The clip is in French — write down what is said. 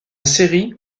série